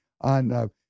on